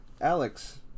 Alex